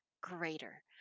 greater